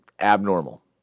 abnormal